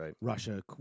Russia